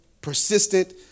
persistent